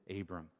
Abram